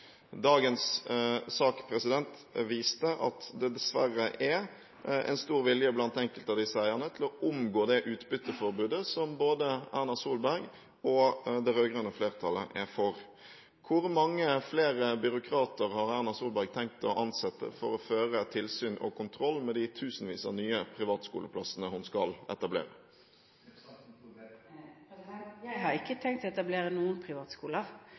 Dagens sak viser at det dessverre er en stor vilje blant enkelte av disse eierne til å omgå det utbytteforbudet som både Erna Solberg og det rød-grønne flertallet er for. Hvor mange flere byråkrater har Erna Solberg tenkt å ansette for å føre tilsyn og kontroll med de tusenvis av nye privatskoleplassene hun skal etablere? Jeg har ikke tenkt å etablere noen privatskoler.